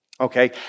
Okay